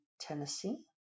Tennessee